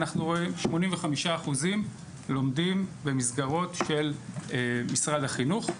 אנחנו רואים ש-85% לומדים במסגרות של משרד החינוך.